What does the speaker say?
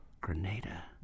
Grenada